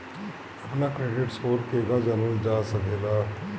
अपना credit score केगा जानल जा सकेला?